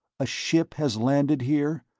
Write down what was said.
a ship has landed here?